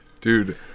dude